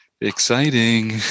Exciting